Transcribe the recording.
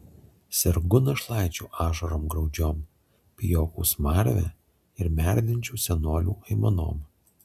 sergu našlaičių ašarom graudžiom pijokų smarve ir merdinčių senolių aimanom